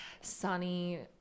sunny